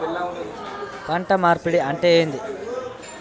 పంట మార్పిడి అంటే ఏంది?